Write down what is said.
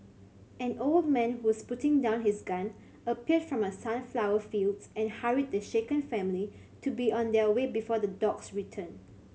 an old man who was putting down his gun appeared from the sunflower fields and hurried the shaken family to be on their way before the dogs return